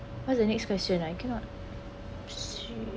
what's the next question I cannot shi~